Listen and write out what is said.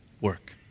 work